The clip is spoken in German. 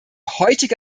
heutige